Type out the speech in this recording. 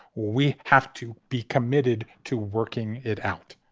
we have to be committed to working it out.